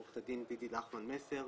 עורכת הדין דידי לחמן מסר,